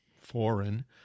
foreign